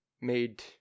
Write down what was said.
made